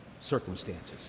circumstances